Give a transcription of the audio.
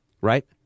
Right